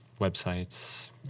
websites